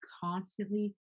constantly